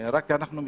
רק אנחנו משתתפים.